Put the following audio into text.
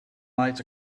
lights